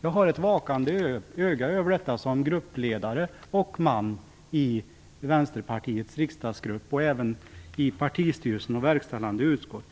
Jag har ett vakande öga över detta som gruppledare och man i Vänsterpartiets riksdagsgrupp och även i partistyrelse och verkställande utskott.